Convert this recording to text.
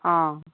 অঁ